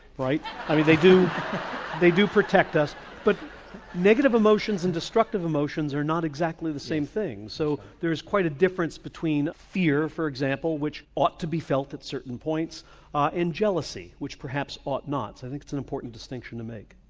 i mean they do they do protect us but negative emotions and destructive emotions are not exactly the same thing so there's quite a difference between fear, for example, which ought to be felt at certain points and jealousy, which perhaps ought not so it's an important distinction to make.